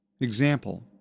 Example